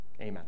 Amen